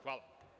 Hvala.